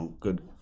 good